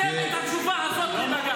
בסדר, אז תן את התשובה הזאת לבג"ץ.